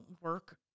work